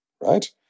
right